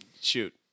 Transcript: Shoot